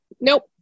nope